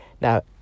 Now